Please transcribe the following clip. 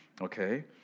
okay